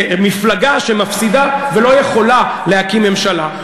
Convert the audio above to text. או למפלגה שמפסידה ולא יכולה להקים ממשלה.